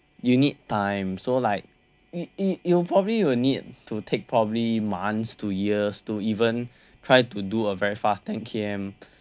you need time so like it it you probably you will need to take probably months to years to even try to do a very fast ten K_M